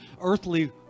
earthly